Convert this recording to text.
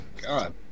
God